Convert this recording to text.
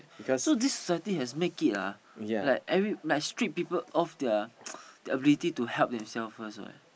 so this society has make it ah like every like strip people of their their ability to help themselves first what